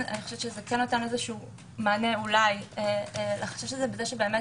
אני חושבת שזה נותן מענה לחשש הזה בכך